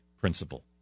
principle